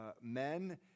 men